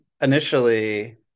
initially